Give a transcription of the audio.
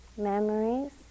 memories